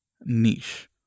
niche